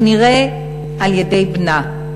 כנראה על-ידי בנה,